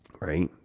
Right